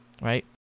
right